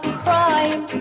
crime